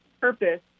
purpose